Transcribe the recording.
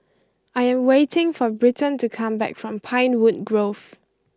I am waiting for Britton to come back from Pinewood Grove